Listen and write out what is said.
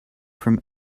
from